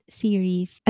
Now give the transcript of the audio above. series